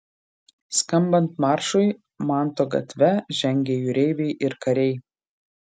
skambant maršui manto gatve žengė jūreiviai ir kariai